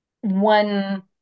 one